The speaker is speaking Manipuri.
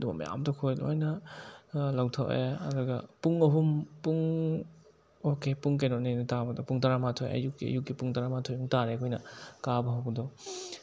ꯑꯗꯨꯒꯨꯝꯕ ꯃꯌꯥꯝꯗꯨ ꯑꯩꯈꯣꯏ ꯂꯣꯏꯅ ꯂꯧꯊꯣꯛꯑꯦ ꯑꯗꯨꯒ ꯄꯨꯡ ꯑꯍꯨꯝ ꯄꯨꯡ ꯑꯣꯀꯦ ꯄꯨꯡ ꯀꯩꯅꯣꯅꯤ ꯑꯗꯨꯗ ꯇꯥꯕꯗꯣ ꯄꯨꯡ ꯇꯔꯥ ꯃꯥꯊꯣꯏ ꯑꯌꯨꯛꯀꯤ ꯑꯌꯨꯛꯀꯤ ꯄꯨꯡ ꯇꯔꯥ ꯃꯥꯊꯣꯏꯃꯨꯛ ꯇꯥꯔꯦ ꯑꯩꯈꯣꯏꯅ ꯀꯥꯕ ꯍꯧꯕꯗꯣ